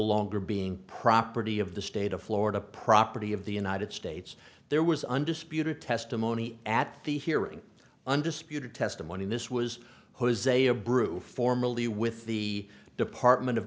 longer being property of the state of florida property of the united states there was undisputed testimony at the hearing undisputed testimony in this was jose abreu formerly with the department of